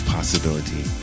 Possibility